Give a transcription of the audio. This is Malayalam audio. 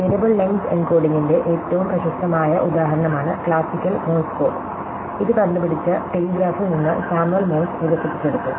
വേരിയബിൾ ലെങ്ത് എൻകോഡിംഗിന്റെ ഏറ്റവും പ്രശസ്തമായ ഉദാഹരണമാണ് ക്ലാസിക്കൽ മോഴ്സ് കോഡ് ഇത് കണ്ടുപിടിച്ച ടെലിഗ്രാഫിൽ നിന്ന് സാമുവൽ മോഴ്സ് വികസിപ്പിച്ചെടുത്തു